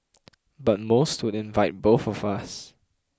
but most would invite both of us